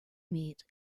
meet